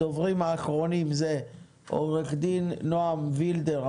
הדוברים האחרונים אלה עו"ד נועם וילדר,